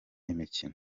imikino